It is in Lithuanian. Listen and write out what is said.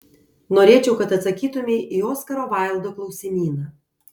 norėčiau kad atsakytumei į oskaro vaildo klausimyną